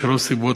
משלוש סיבות,